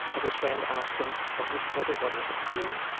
and his friend asked him what he thought of what he had seen,